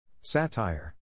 Satire